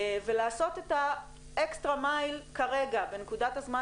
ולעשות את האקסטרה-מייל כרגע בנקודת הזמן